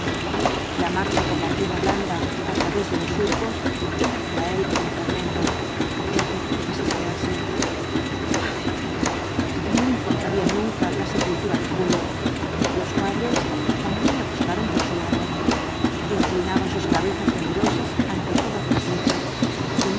la marcha por la tierra blanda á través de los surcos era para él un tormento empezó á desesperarse ay no encontrarían nunca la sepultura de julio los padres también la buscaron por su lado inclinaban sus cabezas dolorosas ante todas las cruces